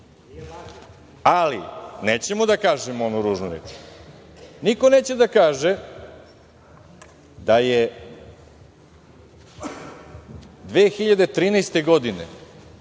istinu. Nećemo da kažemo onu ružnu reč. Niko neće da kaže da je 2013. godine